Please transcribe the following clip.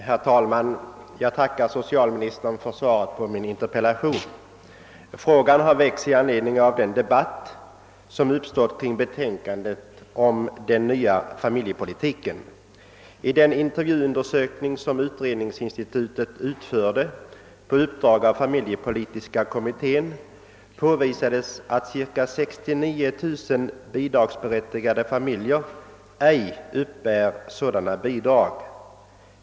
Herr talman! Jag tackar socialministern för svaret på min interpellation. Frågan har väckts i anledning av den debatt som uppstått kring betänkandet om den nya familjepolitiken. I den intervjuundersökning som utredningsinstitutet utförde på uppdrag av familjepolitiska kommittén påvisades att cirka 69 000 bidragsberättigade familjer ej uppbär sådana bidrag.